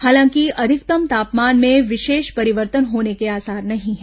हालांकि अधिकतम तापमान में विशेष परिवर्तन होने के आसार नहीं है